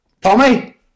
Tommy